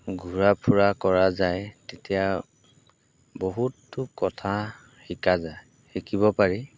ঘূৰা ফুৰা কৰা যায় তেতিয়া বহুতো কথা শিকা যায় শিকিব পাৰি